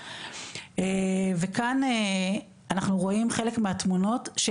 וכאן אנחנו רואים חלק מהתמונות של